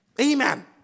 Amen